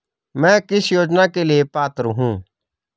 मैं किस योजना के लिए पात्र हूँ?